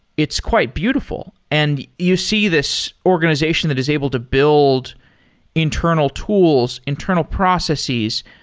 it's quite beautiful. and you see this organization that is able to build internal tools, internal processes,